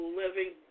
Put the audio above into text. living